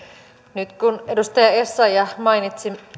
nyt kun edustaja essayah mainitsi